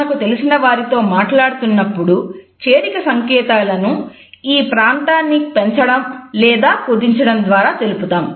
మనకు తెలిసిన వారితో మాట్లాడుతున్నప్పుడు చేరిక సంకేతాలను ఈ ప్రాంతాన్ని పెంచడం లేదా కుదించడం ద్వారా తెలుపుతాము